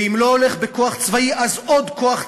ואם לא הולך בכוח צבאי אז בעוד כוח צבאי,